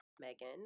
Megan